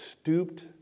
stooped